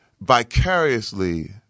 vicariously